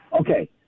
Okay